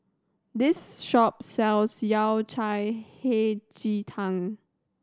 this shop sells Yao Cai Hei Ji Tang